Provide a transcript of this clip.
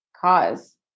cause